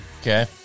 Okay